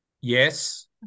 Yes